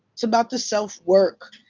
it's about the self-work.